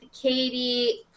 Katie